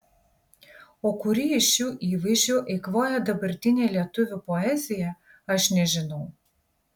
o kurį iš šių įvaizdžių eikvoja dabartinė lietuvių poezija aš nežinau